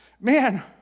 man